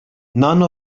none